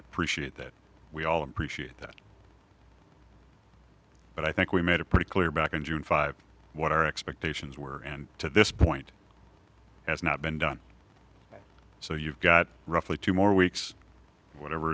appreciate that we all appreciate that but i think we made it pretty clear back in june five what our expectations were and to this point has not been done so you've got roughly two more weeks whatever